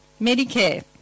Medicare